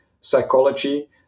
psychology